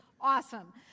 awesome